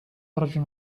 رجل